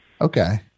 Okay